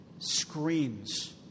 Screams